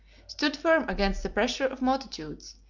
stood firm against the pressure of multitudes,